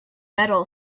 metal